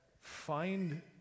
find